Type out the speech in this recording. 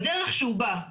בדרך שהוא בא,